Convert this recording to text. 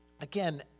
again